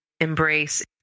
embrace